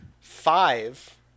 five